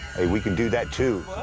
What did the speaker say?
we can do that, too.